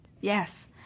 Yes